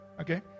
Okay